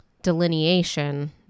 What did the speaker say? delineation